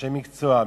אנשי מקצוע,